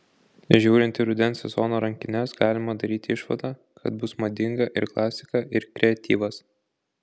žiūrint į rudens sezono rankines galima daryti išvadą kad bus madinga ir klasika ir kreatyvas